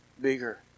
bigger